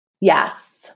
yes